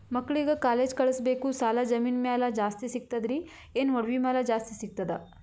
ಮಕ್ಕಳಿಗ ಕಾಲೇಜ್ ಕಳಸಬೇಕು, ಸಾಲ ಜಮೀನ ಮ್ಯಾಲ ಜಾಸ್ತಿ ಸಿಗ್ತದ್ರಿ, ಏನ ಒಡವಿ ಮ್ಯಾಲ ಜಾಸ್ತಿ ಸಿಗತದ?